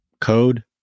code